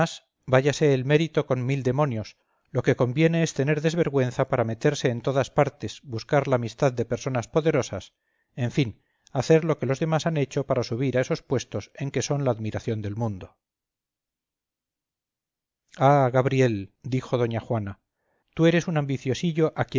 váyase el mérito con mil demonios lo que conviene es tener desvergüenza para meterse en todas partes buscar la amistad de personas poderosas en fin hacer lo que los demás han hecho para subir a esos puestos en que son la admiración del mundo ah gabriel dijo doña juana tú eres un ambiciosillo